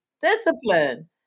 Discipline